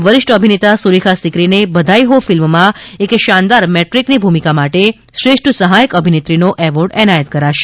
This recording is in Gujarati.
વરિષ્ઠ અભિનેતા સુરેખા સીકરીને બધાઇ હો ફિલ્મમાં એક શાનદાર મેટ્રીકની ભૂમિકા માટે શ્રેષ્ઠ સહાયક અભિનેત્રીનો એવોર્ડ એનાયત કરાશે